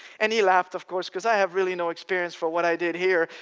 and he laughed of course because i have really no experience for what i did here.